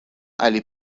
علی